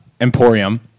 Emporium